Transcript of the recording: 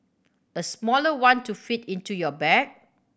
a smaller one to fit into your bag